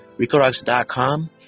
RicoRocks.com